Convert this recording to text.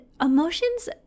emotions